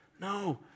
No